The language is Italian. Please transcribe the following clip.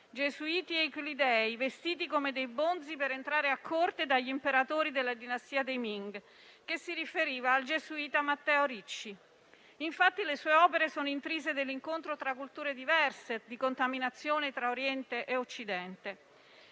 «Gesuiti euclidei Vestiti come dei bonzi per entrare a corte degli imperatori Della dinastia dei Ming», che si riferiva al gesuita Matteo Ricci. Le sue opere, infatti, sono intrise dell'incontro tra culture diverse, di contaminazione tra Oriente e Occidente.